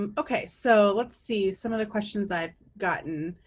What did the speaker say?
um okay, so, let's see, some of the questions i've gotten.